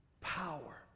power